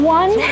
one